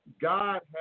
God